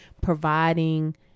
providing